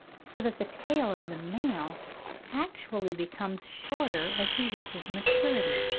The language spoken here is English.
so that the tail of the male actually becomes shorter as he reaches maturity,